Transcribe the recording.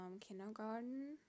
kindergarten